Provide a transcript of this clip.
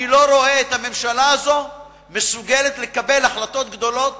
אני לא רואה את הממשלה הזאת מסוגלת לקבל החלטות גדולות